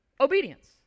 obedience